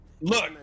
look